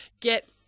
get